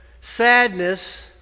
sadness